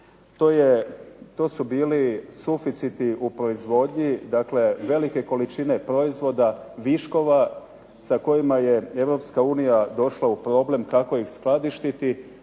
to su bili suficiti u proizvodnji, dakle velike količine proizvoda, viškova sa kojima je Europska unija došla u problem kako ih skladištiti